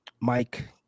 Mike